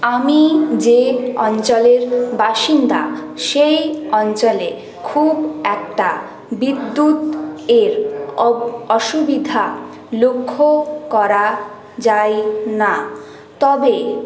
আমি যে অঞ্চলের বাসিন্দা সেই অঞ্চলে খুব একটা বিদ্যুতের অসু অসুবিধা লক্ষ্য করা যায় না তবে